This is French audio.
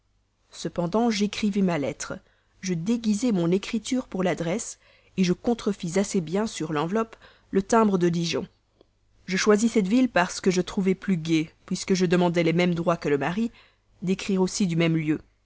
cependant j'écrivis ma lettre je déguisai mon écriture pour l'adresse je contrefis assez bien sur l'enveloppe le timbre de dijon je choisis cette ville parce que je trouvai plus gai puisque je demandais les mêmes droits que le mari d'écrire aussi du même lieu